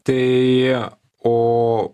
tai o